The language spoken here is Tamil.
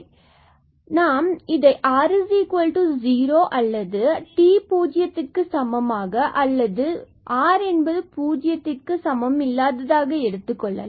எனவே நாம் இதை r0 என அல்லது t பூஜ்ஜியத்திற்க்கு சமமாக அல்லது r 0 சமம் இல்லாததாக எடுத்துக்கொள்ளலாம்